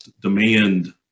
demand